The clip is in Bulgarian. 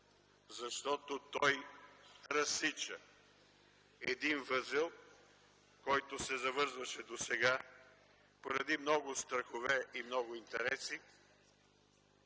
защото той разсича един възел, който се завързваше досега поради много страхове и много интереси